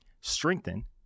strengthen